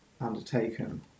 undertaken